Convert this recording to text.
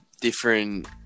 different